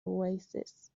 oasis